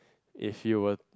if you were